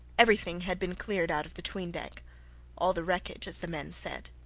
everything had been cleared out of the tween-deck all the wreckage, as the men said.